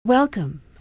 Welcome